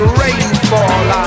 rainfall